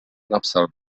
napsal